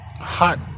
hot